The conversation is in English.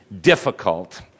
difficult